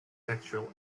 sexual